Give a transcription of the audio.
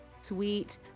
sweet